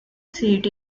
seat